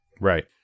Right